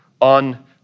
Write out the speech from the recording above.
on